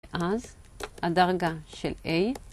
אז, הדרגה של A